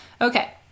Okay